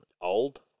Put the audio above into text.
old